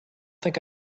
think